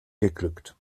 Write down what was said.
geglückt